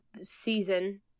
season